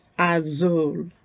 Azul